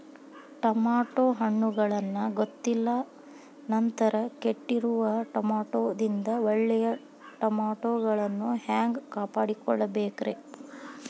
Tomato ಹಣ್ಣುಗಳನ್ನ ಗೊತ್ತಿಲ್ಲ ನಂತರ ಕೆಟ್ಟಿರುವ ಟಮಾಟೊದಿಂದ ಒಳ್ಳೆಯ ಟಮಾಟೊಗಳನ್ನು ಹ್ಯಾಂಗ ಕಾಪಾಡಿಕೊಳ್ಳಬೇಕರೇ?